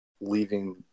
leaving